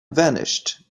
vanished